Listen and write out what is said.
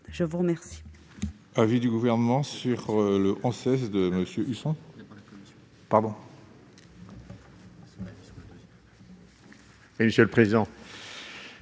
Je vous remercie